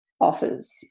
offers